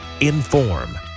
inform